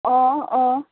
अँ अँ